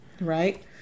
Right